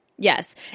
Yes